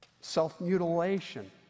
self-mutilation